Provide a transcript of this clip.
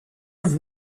have